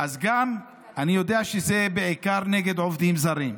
אז גם, אני יודע שזה בעיקר נגד עובדים זרים,